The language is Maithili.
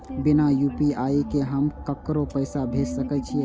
बिना यू.पी.आई के हम ककरो पैसा भेज सके छिए?